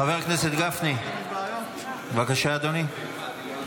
חבר הכנסת גפני, בבקשה, אדוני.